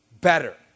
better